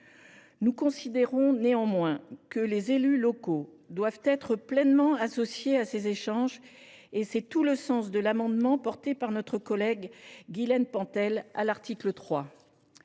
Nous considérons néanmoins que les élus locaux doivent être pleinement associés à ces échanges. Tel est le sens de l’amendement n° 1 rectifié, que notre collègue Guylène Pantel défendra à l’article 3.